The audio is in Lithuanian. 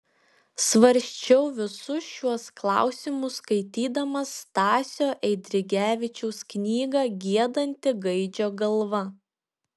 svarsčiau visus šiuos klausimus skaitydamas stasio eidrigevičiaus knygą giedanti gaidžio galva